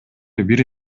бир